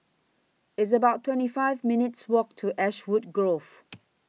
It's about twenty five minutes' Walk to Ashwood Grove